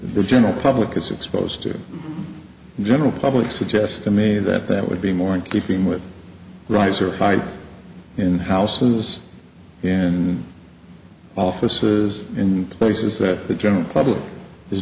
the general public is exposed to the general public suggest to me that that would be more in keeping with riser pipe in houses and offices in places that the general public is